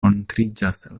montriĝas